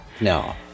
No